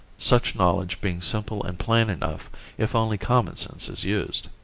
such knowledge being simple and plain enough if only common sense is used.